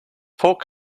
pork